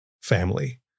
family